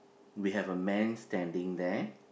we have a man standing there